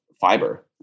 fiber